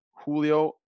Julio